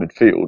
midfield